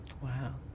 Wow